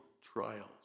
trials